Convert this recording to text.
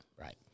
Right